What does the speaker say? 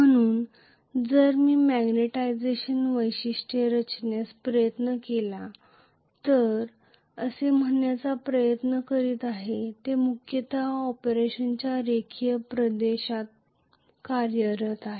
म्हणून जर मी मॅग्निटायझेशन वैशिष्ट्ये रचण्याचा प्रयत्न केला तर मी असे म्हणण्याचा प्रयत्न करीत आहे की ते मुख्यतः ऑपरेशनच्या रेखीय प्रदेशात कार्यरत आहेत